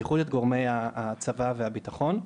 בייחוד את גורמי הצבא והביטחון.